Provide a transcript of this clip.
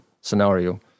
scenario